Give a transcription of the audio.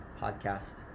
podcast